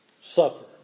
suffer